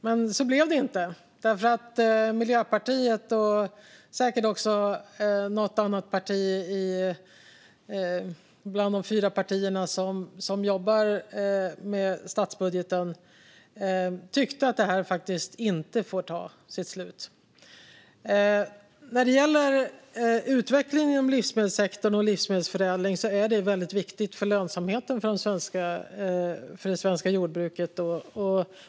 Men så blev det inte, för Miljöpartiet och säkert också något annat parti bland de fyra som jobbar med statsbudgeten tyckte att detta inte får ta slut. Utvecklingen inom livsmedelssektorn och livsmedelsförädlingen är väldigt viktig för lönsamheten för det svenska jordbruket.